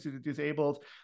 disabled